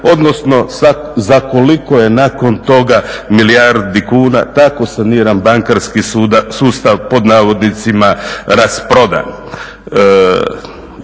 odnosno za koliko je nakon toga milijardi kuna tako saniran bankarski sustav pod navodnicima rasprodan.